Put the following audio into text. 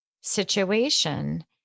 situation